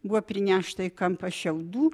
buvo prinešta į kampą šiaudų